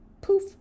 poof